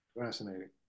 Fascinating